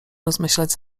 rozmyślać